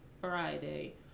friday